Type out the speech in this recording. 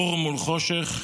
אור מול חושך,